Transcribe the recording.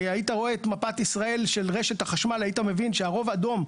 היית רואה את מפת ישראל של רשת החשמל היית מבין שהרוב אדום,